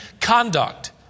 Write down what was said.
conduct